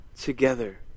together